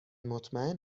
مطمئن